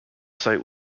site